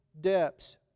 depths